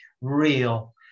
real